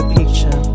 picture